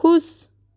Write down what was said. खुश